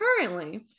currently